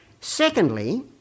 Secondly